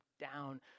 down